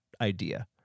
idea